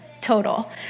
total